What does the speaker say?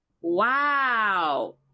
Wow